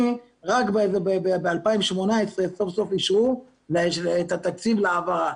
רק ב-2018 סוף סוף אישרו את התקציב להעברה.